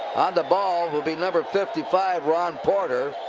the ball will be number fifty five, ron porter.